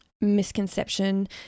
misconception